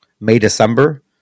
May-December